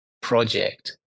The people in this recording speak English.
project